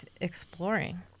exploring